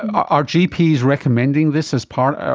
are gps recommending this as part, ah